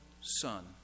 son